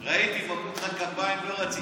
ראיתי, מחאו לך כפיים, לא רצית.